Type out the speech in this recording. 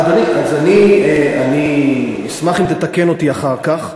אשמח אם תתקן אותי אחר כך,